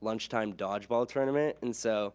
lunchtime dodgeball tournament. and so